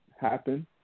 happen